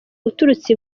uturutse